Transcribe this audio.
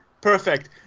Perfect